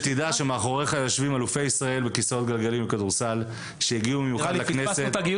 מאחוריך יושבים אלופי ישראל ברוגבי כסאות גלגלים שהגיעו במיוחד לכנסת,